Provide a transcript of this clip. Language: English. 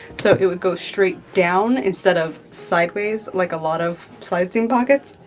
so it would go straight down instead of sideways like a lot of side seam pockets.